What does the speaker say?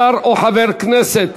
שר או חבר הכנסת